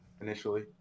initially